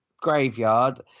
graveyard